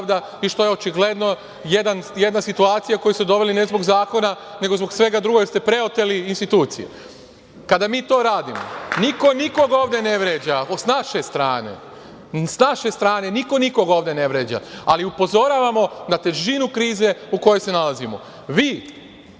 i što je očigledno jedna situacija u koju ste doveli ne zbog zakona, nego zbog svega drugog, jer ste preoteli institucije. Kada mi to radimo, niko nikog ovde ne vreća sa naše strane. Niko nikog, ali upozoravamo na težinu krize u kojoj se nalazimo.